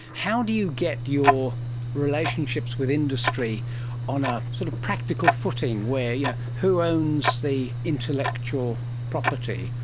how do you get your relationships with industry on a sort of practical footing where, yeah who owns the intellectual property,